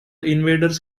invaders